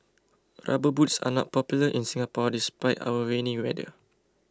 rubber boots are not popular in Singapore despite our rainy weather